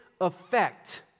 effect